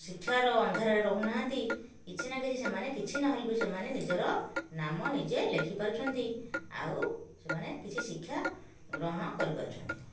ଶିକ୍ଷାର ଅନ୍ଧାରରେ ରହୁନାହାନ୍ତି କିଛି ନା କିଛି ସେମାନେ କିଛି ନହଲେ ବି ସେମାନେ ନିଜର ନାମ ନିଜେ ଲେଖିପାରୁଛନ୍ତି ଆଉ ସେମାନେ କିଛି ଶିକ୍ଷା ଗ୍ରହଣ କରିପାରୁଛନ୍ତି